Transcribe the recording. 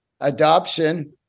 adoption